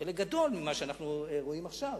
חלק גדול ממה שאנחנו רואים עכשיו.